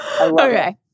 Okay